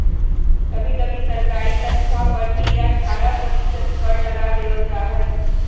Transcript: कभी कभी सरकारी तन्ख्वाह पर भी अट्ठारह प्रतिशत कर लगा देबल जा हइ